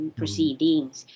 proceedings